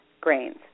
grains